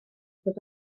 dod